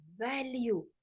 value